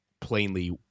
plainly